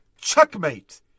Checkmate